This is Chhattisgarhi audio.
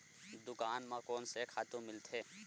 दुकान म कोन से खातु मिलथे?